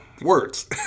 Words